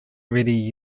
ready